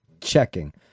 checking